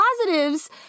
positives